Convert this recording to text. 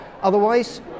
Otherwise